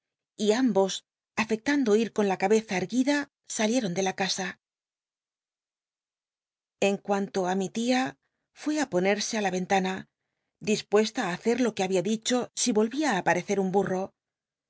y ambos afectando ir con la ca beza crguida salieron de la casa en cuanto á mi tia rué á ponerse á la ventana dispuesta í hacer lo que babia dicho si volvia á aparecer un burro